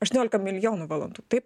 aštuoniolika milijonų valandų taip